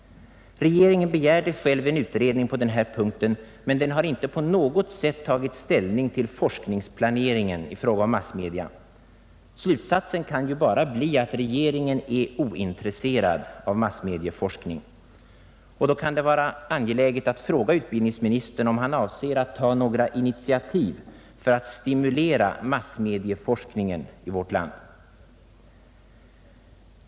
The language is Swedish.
Regeringen begärde själv en utredning på denna punkt, men den har inte på något sätt tagit ställning till forskningsplaneringen i fråga om massmedia. Slutsatsen kan bara bli att regeringen är ointresserad av massmedieforskning. Det kan därför vara angeläget att fråga utbildningsministern om han avser att ta några initiativ för att stimulera massmedieforskningen i vårt land.